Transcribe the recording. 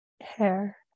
hair